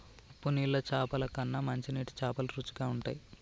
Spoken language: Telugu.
ఉప్పు నీళ్ల చాపల కన్నా మంచి నీటి చాపలు రుచిగ ఉంటయ్